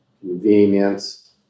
convenience